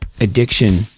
addiction